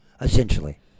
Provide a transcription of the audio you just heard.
essentially